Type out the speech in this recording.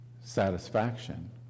satisfaction